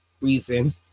reason